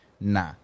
nah